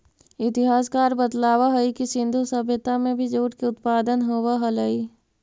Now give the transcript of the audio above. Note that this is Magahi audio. इतिहासकार बतलावऽ हई कि सिन्धु सभ्यता में भी जूट के उत्पादन होवऽ हलई